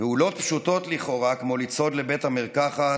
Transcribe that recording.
"פעולות פשוטות לכאורה כמו לצעוד לבית המרקחת